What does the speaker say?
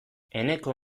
eneko